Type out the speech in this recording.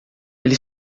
ele